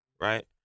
right